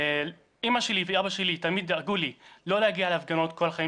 אמא ואבא שלי תמיד דאגו לי לא להגיע להפגנות כל החיים